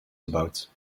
gebouwd